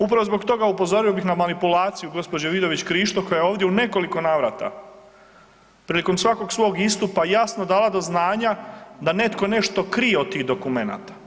Upravo zbog toga upozorio bih na manipulaciju gđe. Vidović Krišto koja je ovdje u nekoliko navrata prilikom svakog svog istupa jasno dala do znanja da netko nešto krije od tih dokumenata.